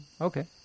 okay